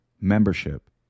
membership